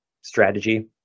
strategy